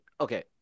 okay